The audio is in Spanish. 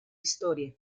historia